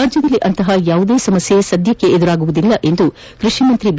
ರಾಜ್ಯದಲ್ಲಿ ಅಂತಹ ಯಾವುದೇ ಸಮಸ್ಯೆ ಸದ್ಯದಲ್ಲಿ ಎದುರಾಗುವುದಿಲ್ಲ ಎಂದು ಕೃಷಿ ಸಚಿವ ಬಿ